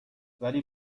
ولی